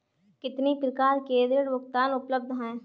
कितनी प्रकार के ऋण भुगतान उपलब्ध हैं?